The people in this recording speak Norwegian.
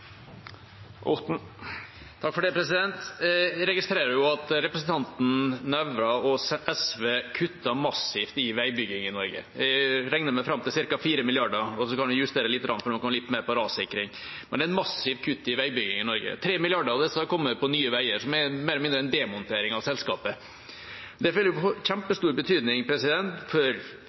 SV kutter massivt i veibygging i Norge. Jeg regnet meg fram til ca. 4 mrd. kr, og så kan vi justere litt, for de har litt mer til rassikring. Men det er et massivt kutt i veibygging i Norge, og 3 mrd. kr av disse kuttene har kommet på Nye Veier, som mer eller mindre er en demontering av selskapet. Det vil få kjempestor betydning for sammenhengende utbygging av E6 i Trøndelag, for